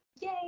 yay